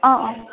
অ' অ'